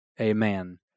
amen